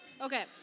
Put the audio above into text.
Okay